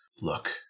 look